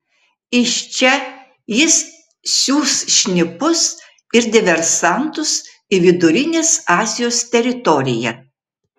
iš čia jis siųs šnipus ir diversantus į vidurinės azijos teritoriją